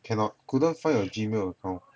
cannot couldn't find your gmail account